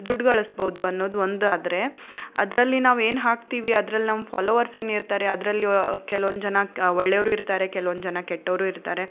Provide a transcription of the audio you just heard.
ದುಡ್ಡುಗಳಿಸ್ಬೋದು ಅನ್ನೋದು ಒಂದಾದರೆ ಅದರಲ್ಲಿ ನಾವು ಏನು ಹಾಕ್ತೀವಿ ಅದ್ರಲ್ಲಿ ನಮ್ಮ ಫಾಲೋವರ್ಸ್ ಏನಿರ್ತಾರೆ ಅದರಲ್ಲಿ ಕೆಲವೊಂದು ಜನ ಒಳ್ಳೆಯವ್ರೂ ಇರ್ತಾರೆ ಕೆಲವೊಂದು ಜನ ಕೆಟ್ಟವರೂ ಇರ್ತಾರೆ